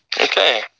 Okay